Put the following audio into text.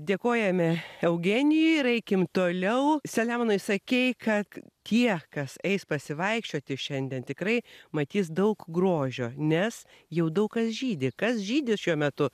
dėkojame eugenijui ir eikim toliau selemonai sakei kad tie kas eis pasivaikščioti šiandien tikrai matys daug grožio nes jau daug kas žydi kas žydi šiuo metu